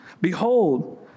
behold